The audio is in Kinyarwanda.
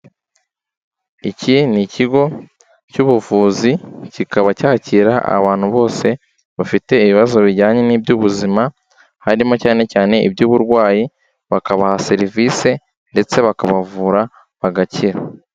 Iki ni ikigo cy'ubuvuzi kikaba cyakira abantu bose bafite ibibazo bijyanye n'iby'ubuzima, harimo cyane cyane iby'uburwayi bakabaha serivise ndetse bakabavura bagakira.